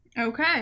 okay